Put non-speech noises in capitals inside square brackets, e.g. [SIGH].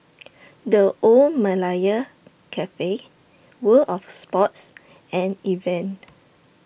[NOISE] The Old Malaya Cafe World of Sports and Evian